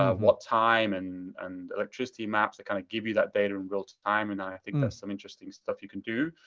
watt time and and electricity maps that kind of give you that data in real time, and i think and that's some interesting stuff you can do.